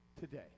today